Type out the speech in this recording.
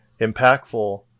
impactful